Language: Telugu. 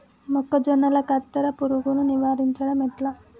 మొక్కజొన్నల కత్తెర పురుగుని నివారించడం ఎట్లా?